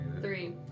Three